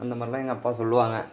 அந்த மாதிரிலாம் எங்கள் அப்பா சொல்வாங்க